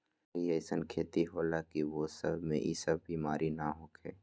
कोई अईसन खेती होला की वो में ई सब बीमारी न होखे?